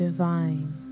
Divine